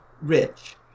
rich